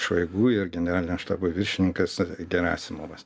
šoigu ir generalinio štabo viršininkas gerasimovas